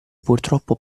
purtroppo